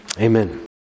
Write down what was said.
Amen